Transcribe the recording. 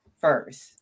first